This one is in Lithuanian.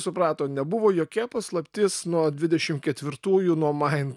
suprato nebuvo jokia paslaptis nuo dvidešim ketvirtųjų nuo main